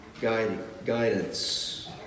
guidance